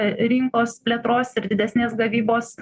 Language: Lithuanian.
rinkos plėtros ir didesnės gavybos